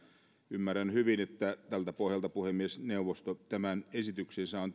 ymmärrän hyvin että tältä pohjalta puhemiesneuvosto tämän esityksensä on